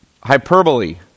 hyperbole